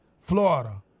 Florida